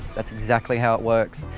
that's exactly how it works.